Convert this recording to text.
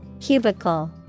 cubicle